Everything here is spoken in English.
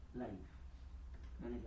life